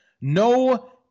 no